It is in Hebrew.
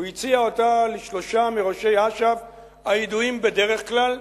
הוא הציע אותה לשלושה מראשי אש"ף הידועים בדרך כלל,